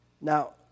Now